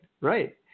Right